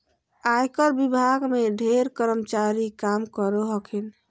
आयकर विभाग में ढेर कर्मचारी काम करो हखिन